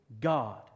God